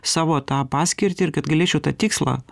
savo tą paskirtį ir kad galėčiau tą tikslą